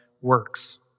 works